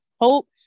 hope